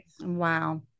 Wow